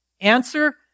Answer